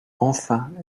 enfin